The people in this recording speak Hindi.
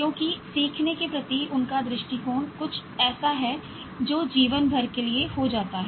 क्योंकि सीखने के प्रति उनका दृष्टिकोण कुछ ऐसा है जो जीवन भर के लिए हो जाता है